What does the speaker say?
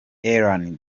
ellen